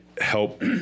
help